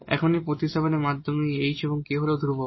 এখন এই প্রতিস্থাপনের মাধ্যমে এই h এবং k হল ধ্রুবক